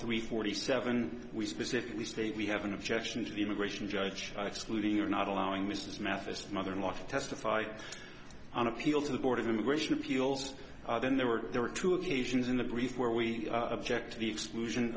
three forty seven we specifically state we have an objection to the immigration judge excluding or not allowing mrs matheson mother in law to testify on appeal to the board of immigration appeals then there were there were two occasions in the brief where we object to the exclusion